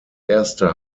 erste